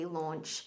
launch